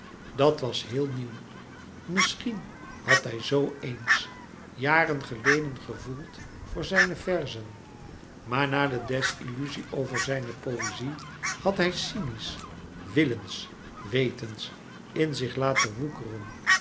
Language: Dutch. dat was heel nieuw misschien had hij z eens jaren geleden gevoeld voor zijne verzen maar na de desilluzie over zijne poëzie had hij cynisch willens wetens in zich laten woekeren